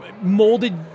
molded